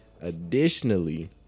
Additionally